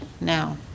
now